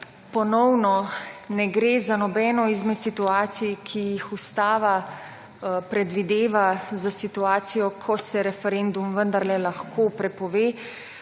Ponovno ne gre za nobeno izmed situacij, ki jih ustava predvideva, za situacijo, ko se referendum vendarle lahko prepove.